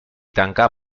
tancar